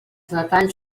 detalls